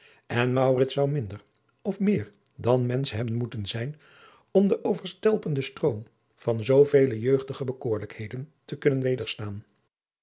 en maurits zou minder of meer dan mensch hebben moeten zijn om den overstelpenden stroom van zoovele jeugdige bekoorlijkheden te kunnen